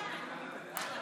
מעבר),